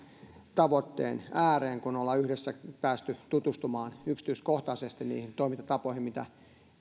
tavoitteen ääreen kun on yhdessä päästy tutustumaan yksityiskohtaisesti niihin toimintatapoihin miten